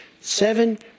seven